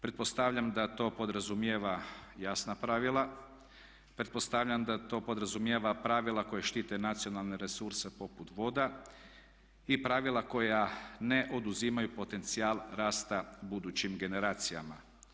Pretpostavljam da to podrazumijeva jasna pravila, pretpostavljam da to podrazumijeva pravila koji štite nacionalne resurse poput voda i pravila koja ne oduzimaju potencijal rasta budućim generacijama.